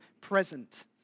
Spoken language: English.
present